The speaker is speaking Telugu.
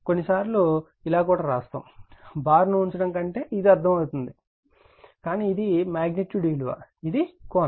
కొన్నిసార్లు నేను ఇలా కూడా వ్రాస్తాను బార్ను ఉంచడం కంటే ఇది అర్థమవుతుంది కానీ ఇది మగ్నిట్యూడ్ విలువ ఇది కోణం